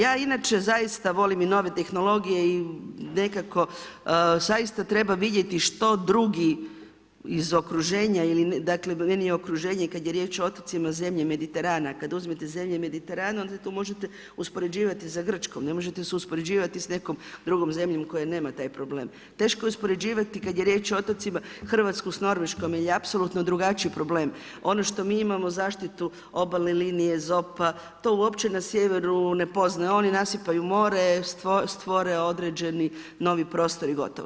Ja inače zaista volim i nove tehnologije i nekako zaista treba vidjeti što drugi iz okruženja, dakle meni je okruženje kad je riječ o otocima zemlje Mediterana, kad uzmete zemlje Mediterana onda tu možete uspoređivati sa Grčkom, ne možete se uspoređivati s nekom drugom zemljom koja nema taj problem. teško je uspoređivati kad je riječ o otocima Hrvatsku s Norveškom jer je apsolutno drugačiji problem. ono što mi imamo zaštitu obalne linije … to uopće na sjeveru ne poznaje, oni nasipaju more, stvore određeni novi prostor i gotovo.